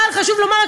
אבל חשוב לומר,